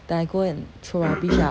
then I go and throw rubbish ah